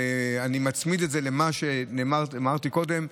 ואני מצמיד את זה למה שאמרתי קודם,